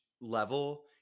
level